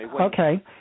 Okay